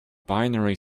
binary